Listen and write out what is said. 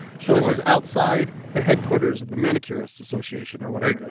so this was outside the headquarters of the manicurists association or whatever.